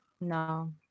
No